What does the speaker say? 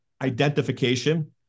identification